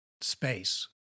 space